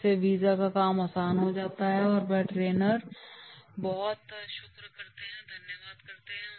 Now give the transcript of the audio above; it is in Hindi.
इससे वीज़ा का काम आसान हो जाता है और वह ट्रेनर का बहुत शुक्र करते हैं धन्यवाद करते हैं